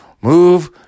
move